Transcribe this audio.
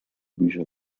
bücher